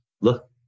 look